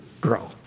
grow